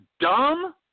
dumb